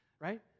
right